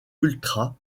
ultra